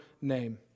name